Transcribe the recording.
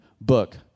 book